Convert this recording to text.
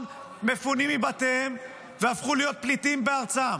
מפונים מבתיהם והפכו להיות פליטים בארצם,